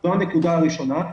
זו הנקודה הראשונה.